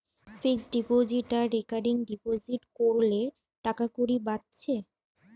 fixed deposit আর recurring deposit কোরলে টাকাকড়ি বাঁচছে